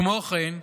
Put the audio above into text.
כמו כן,